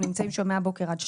הם נמצאים שם מהבוקר עד שתיים,